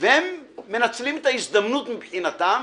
והם מנצלים את ההזדמנות מבחינתם,